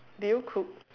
did you cook